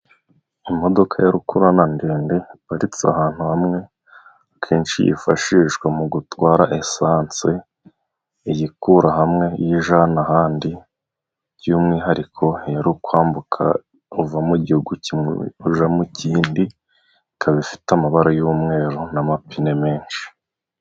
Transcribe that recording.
Imodoka ya rukururana ndende iparitse ahantu hamwe, akenshi yifashishwa mu gutwara esanse, iyikura hamwe iyijyana ahandi, by'umwihariko iyo ari ukwambuka uva mu gihugu kimwe ujya mu kindi, ikaba ifite amabara y'umweru n'amapine menshi.